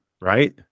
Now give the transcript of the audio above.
right